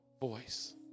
voice